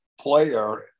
player